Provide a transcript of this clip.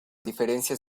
diferencias